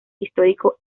histórico